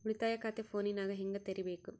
ಉಳಿತಾಯ ಖಾತೆ ಫೋನಿನಾಗ ಹೆಂಗ ತೆರಿಬೇಕು?